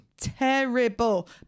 terrible